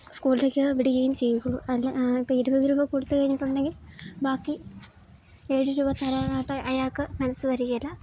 സ്കൂളിലേക് വിടുകയും ചെയ്യുകയുള്ളൂ അല്ല ഇപ്പം ഇരുപത് രൂപ കൊടുത്തു കഴിഞ്ഞിട്ടുണ്ടെങ്കിൽ ബാക്കി ഏഴ് രൂപ തരാനായിട്ട് അയാൾക്ക് മനസ്സ് വരികയില്ല